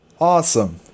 Awesome